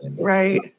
right